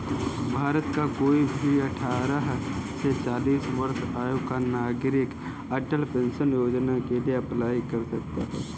भारत का कोई भी अठारह से चालीस वर्ष आयु का नागरिक अटल पेंशन योजना के लिए अप्लाई कर सकता है